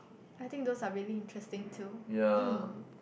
I think those are really interesting too um